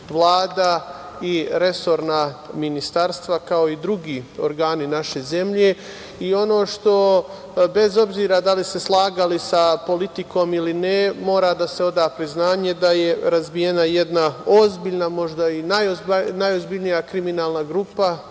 Vlada i resorna ministarstva, kao i drugi organi naše zemlje. Bez obzira da li se slagali sa politikom ili ne, mora da se oda priznanje da je razbijena jedna ozbiljna, možda i najozbiljnija kriminalna grupa,